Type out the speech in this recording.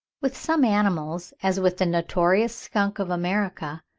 with some animals, as with the notorious skunk of america,